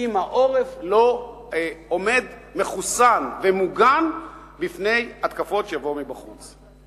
אם העורף לא עומד מחוסן ומוגן בפני התקפות שיבואו מבחוץ.